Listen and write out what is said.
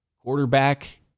quarterback